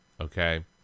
okay